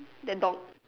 then dog